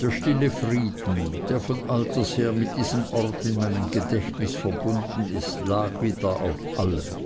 der stille frieden der von alters her mit diesem ort in meinem gedächtnis verbunden ist lag wieder auf allem